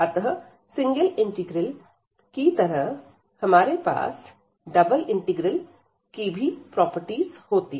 अतः single integral की तरह हमारे पास डबल इंटीग्रल की भी प्रॉपर्टीज होती हैं